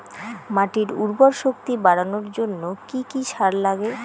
মাটির উর্বর শক্তি বাড়ানোর জন্য কি কি সার লাগে?